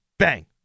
Bang